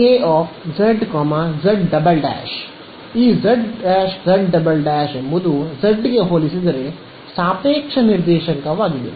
K z z " ಈ z'z " ಎಂಬುದು z ಗೆ ಹೋಲಿಸಿದರೆ ಸಾಪೇಕ್ಷ ನಿರ್ದೇಶಾಂಕವಾಗಿದೆ